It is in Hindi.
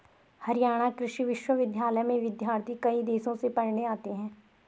हरियाणा कृषि विश्वविद्यालय में विद्यार्थी कई देशों से पढ़ने आते हैं